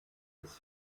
des